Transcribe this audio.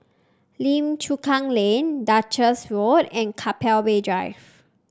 Lim Chu Kang Lane Duchess Walk and Keppel Bay Drive